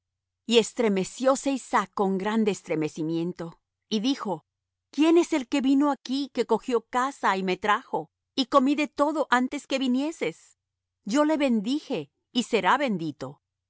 y estremecióse isaac con grande estremecimiento y dijo quién es el que vino aquí que cogió caza y me trajo y comí de todo antes que vinieses yo le bendije y será bendito